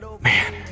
Man